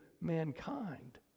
mankind